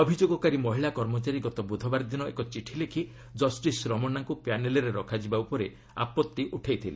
ଅଭିଯୋଗକାରୀ ମହିଳା କର୍ମଚାରୀ ଗତ ବୁଧବାର ଦିନ ଏକ ଚିଠି ଲେଖି ଜଷ୍ଟିସ୍ ରମନାଙ୍କୁ ପ୍ୟାନେଲ୍ରେ ରଖାଯିବା ଉପରେ ଆପତ୍ତି ଉଠାଇଥିଲେ